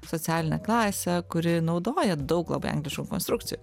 socialinę klasę kuri naudoja daug labai angliškų konstrukcijų